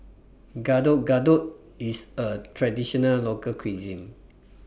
Getuk Getuk IS A Traditional Local Cuisine